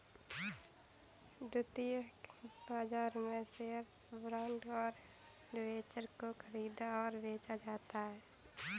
द्वितीयक बाजार में शेअर्स, बॉन्ड और डिबेंचर को ख़रीदा और बेचा जाता है